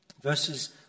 verses